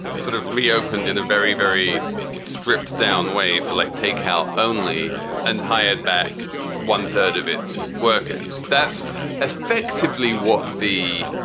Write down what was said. sort of reopened in a very, very stripped down way for like takeout only and hired back one third of its workers. that's effectively what the